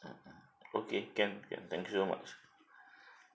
okay can can thank you so much